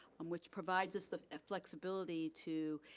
um which provides us the flexibility to,